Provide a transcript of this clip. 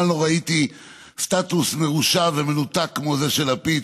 לא ראיתי סטטוס מרושע ומנותק כמו זה של לפיד",